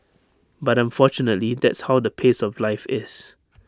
but unfortunately that's how the pace of life is